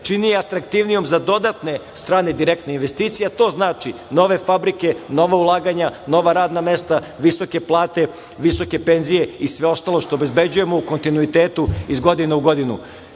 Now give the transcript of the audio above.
čini atraktivnijom za dodatne strane direktne investicije, a to znači, nove fabrike, nova ulaganja, nova radna mesta, visoke plate, visoke penzije i sve ostalo što obezbeđujemo u kontinuitetu iz godine u godinu. Juče